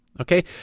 Okay